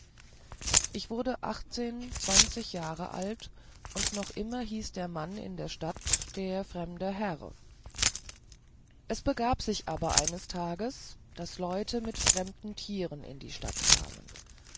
ich wurde achtzehn zwanzig jahre alt und noch immer hieß der mann in der stadt der fremde herr es begab sich aber eines tages daß leute mit fremden tieren in die stadt kamen